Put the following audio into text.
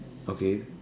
okay